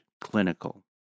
Clinical